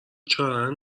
چرند